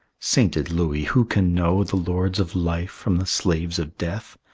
sainted louis, who can know the lords of life from the slaves of death?